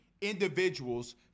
individuals